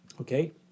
Okay